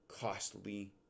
costly